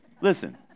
Listen